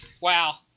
Wow